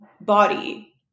body